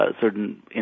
certain